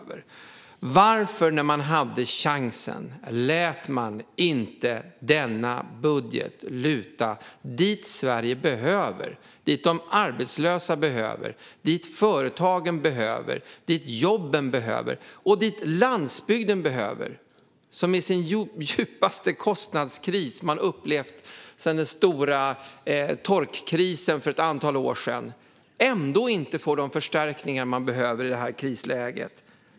Varför lät man inte denna budget, när man hade chansen, luta dit där behoven för Sverige, de arbetslösa, företagen, jobben och landsbygden finns? Landsbygden har ju upplevt sin djupaste kostnadskris sedan den stora torkan för ett antal år sedan. Ändå får de inte de förstärkningar som de behöver i detta krisläge.